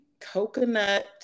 coconut